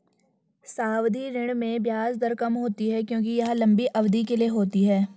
सावधि ऋण में ब्याज दर कम होती है क्योंकि यह लंबी अवधि के लिए होती है